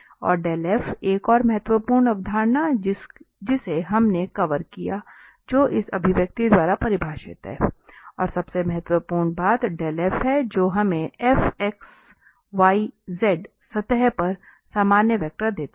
और f एक और महत्वपूर्ण अवधारणा जिसे हमने कवर किया है जो इस अभिव्यक्ति द्वारा परिभाषित है और सबसे महत्वपूर्ण बात यह f है जो हमें fxyz सतह पर सामान्य वेक्टर देता है